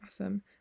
Awesome